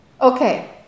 Okay